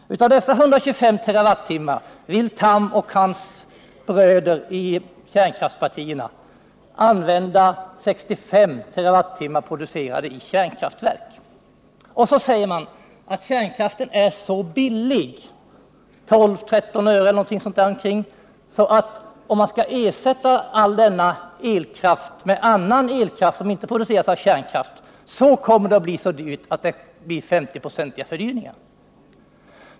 Av dessa 125 TWh vill Carl Tham och hans bröder i kärnkraftspartierna använda 65 TWh producerade i kärnkraftverk. Så säger man att kärnkraften är så billig, 12-13 öre kWh, att om man skall ersätta all denna elkraft med annan elkraft som inte produceras av kärnkraft, kommer det att bli så dyrt att det blir fråga om 50-procentig förhöjning.